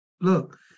Look